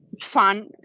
fun